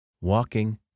Walking